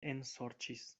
ensorĉis